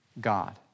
God